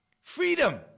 Freedom